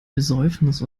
besäufnis